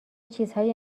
چیزهایی